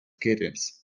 kittens